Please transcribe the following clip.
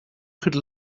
could